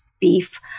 beef